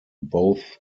both